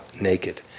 naked